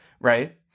right